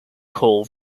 call